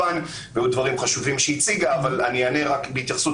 והיו דברים חשובים שהיא הציגה אבל אני אענה רק בהתייחסות